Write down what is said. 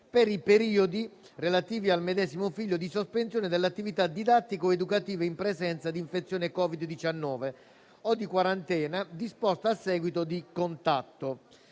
per i periodi relativi al medesimo periodo di sospensione dell'attività didattico-educativa in presenza di infezione da Covid-19 o di quarantena disposta a seguito di contatto.